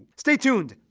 stay tuned!